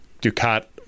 Ducat